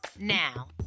now